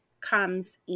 comes